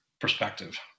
Perspective